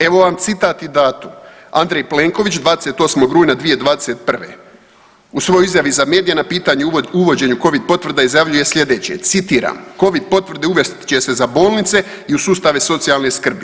Evo vam citat i datum, Andrej Plenković 28. rujna 2021. u svojoj izjavi za medije na pitanje o uvođenju covid potvrda izjavljuje slijedeće, citiram: Covid potvrde uvest će se za bolnice i u sustave socijalne skrbi.